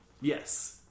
Yes